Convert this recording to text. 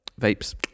vapes